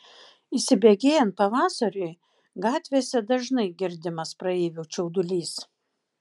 įsibėgėjant pavasariui gatvėse dažnai girdimas praeivių čiaudulys